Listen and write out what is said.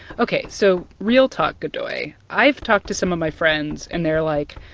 ok. so real talk, godoy i've talked to some of my friends, and they're like,